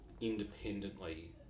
independently